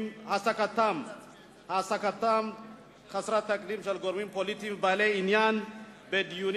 העסקתם חסרת התקדים של גורמים פוליטיים ובעלי עניין בדיונים,